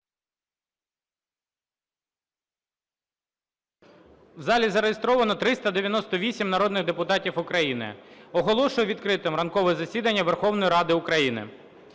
В залі зареєстровано 398 народних депутатів України. Оголошую відкритим ранкове засідання Верховної Ради України.